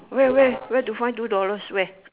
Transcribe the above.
where where where to find two dollars where